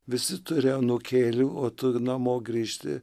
visi turi anūkėlių o tu namo grįžti